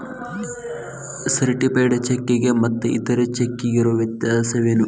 Certified ಚೆಕ್ಕಿಗೆ ಮತ್ತ್ ಇತರೆ ಚೆಕ್ಕಿಗಿರೊ ವ್ಯತ್ಯಸೇನು?